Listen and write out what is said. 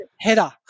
header